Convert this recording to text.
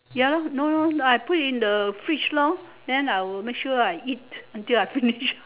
ya lor no no I put in the fridge lor then I will make sure I eat until I finish